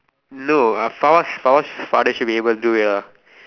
no uh Fawaz Fawaz father should be able to do it lah